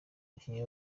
bakinnyi